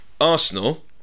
Arsenal